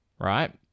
Right